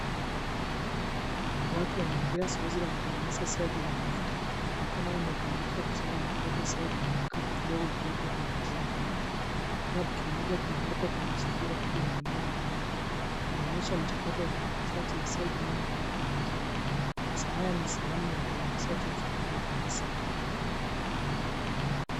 Watu wanaendelea zoezi la kutengeneza zenge za mafuta. Mikono imekamilishwa kusaga na kuweka zenge kwenye vikapu vidogo vilipo kwenye trei kubwa. Kikapu kimoja kinawekwa kwenye sufuria kubwa yenye maji moto. Inaonyesha mchakato wa utengenezaji wa zenge unaoendelea kwa makini. Mazoea ni sehemu ya uuzaji wa vyakula vya asili.